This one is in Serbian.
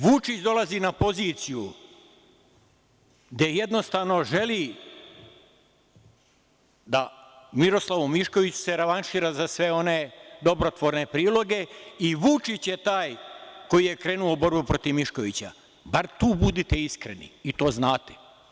Vučić dolazi na poziciju gde jednostavno želi da Miroslavu Miškoviću se revanšira za sve one dobrotvorne priloge i Vučić je taj koji je krenuo u borbu protiv Miškovića, bar tu budite iskreni, i to znate.